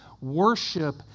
Worship